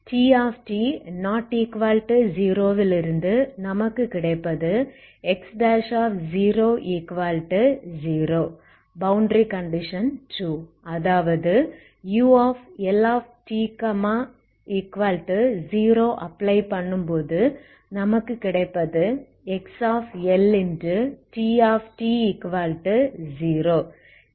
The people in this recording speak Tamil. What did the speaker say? T≠0 விலிருந்து நமக்கு கிடைப்பது X00பௌண்டரி கண்டிஷன் அதாவது uLt0 அப்ளை பண்ணும்போது நமக்கு கிடைப்பது XLTt0